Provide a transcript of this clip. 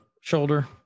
shoulder